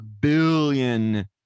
billion